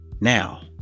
Now